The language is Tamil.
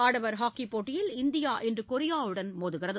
ஆடவர் ஹாக்கி போட்டியில் இந்தியா இன்று கொரியாவுடன் மோதுகிறது